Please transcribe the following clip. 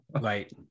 right